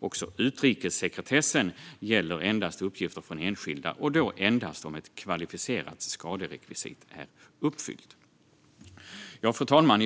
Också utrikessekretessen gäller endast uppgifter från enskilda och då endast om ett kvalificerat skaderekvisit är uppfyllt. Fru talman!